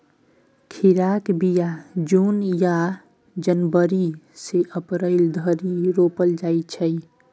खीराक बीया जुन या जनबरी सँ अप्रैल धरि रोपल जाइ छै